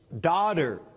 Daughter